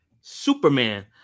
Superman